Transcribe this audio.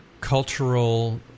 cultural